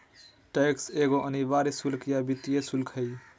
tax एगो अनिवार्य शुल्क या वित्तीय शुल्क हइ